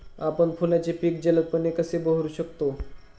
आपण फुलांची पिके जलदपणे कधी बहरू शकतो?